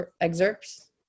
excerpts